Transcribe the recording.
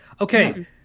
okay